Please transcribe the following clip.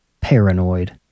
paranoid